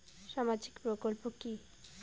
সামাজিক প্রকল্প কি?